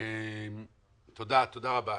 תודה רבה.